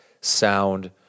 sound